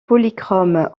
polychrome